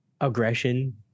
aggression